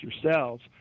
yourselves